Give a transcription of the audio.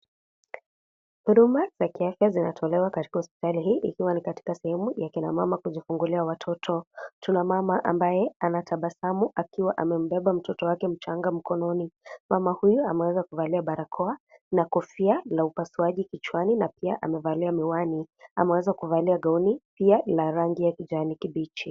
Huduma za kiafya zinatolewa katika hospitali hii, ikiwa ni katika sehemu ya kina mama kujifungulia watoto, tuna mama ambaye anatabasamu akiwa amembeba mtoto wake mchanga mkononi, mama huyu ameweza kuvalia barakoa, na kofia, la upasuaji kichani, na pia amevalia miwani, ameweza kuvalia gauni, pia ina rangi ya kijani kibichi.